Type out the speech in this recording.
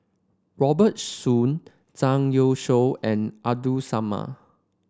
Robert Soon Zhang Youshuo and Abdul Samad